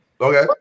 Okay